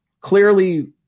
clearly –